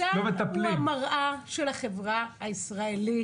צה"ל הוא המראה של החברה הישראלית,